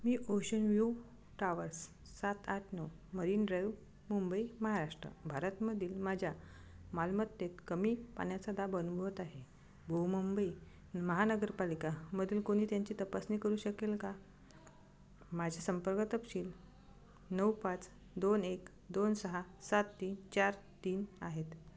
मी ocean view towers सात आठ नऊ मरीन ड्राइव्ह मुंबई महाराष्ट्र भारतमधील माझ्या मालमत्तेत कमी पाण्याचा दाब अनुभवत आहे व मुंबई महानगरपालिकामधील कोणी त्यांची तपासणी करू शकेल का माझ्या संपर्क तपशील नऊ पाच दोन एक दोन सहा सात तीन चार तीन आहेत